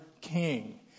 king